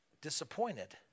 disappointed